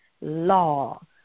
law